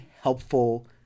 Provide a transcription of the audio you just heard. helpful